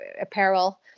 apparel